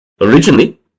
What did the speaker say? Originally